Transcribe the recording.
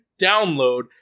download